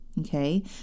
okay